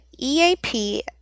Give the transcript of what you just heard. EAP